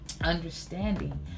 understanding